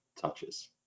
touches